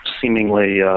seemingly